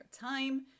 time